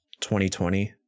2020